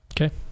Okay